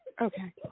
Okay